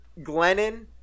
Glennon